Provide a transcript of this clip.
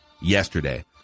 yesterday